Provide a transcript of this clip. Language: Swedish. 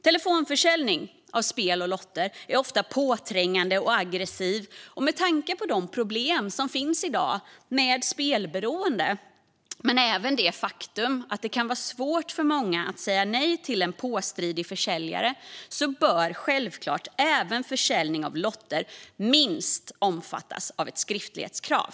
Telefonförsäljning av spel och lotter är ofta påträngande och aggressiv, och med tanke på de problem som finns i dag med spelberoende men även det faktum att det kan vara svårt för många att säga nej till en påstridig försäljare bör självklart även försäljning av lotter som minst omfattas av ett skriftlighetskrav.